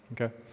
Okay